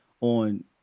on